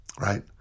right